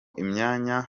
imyanya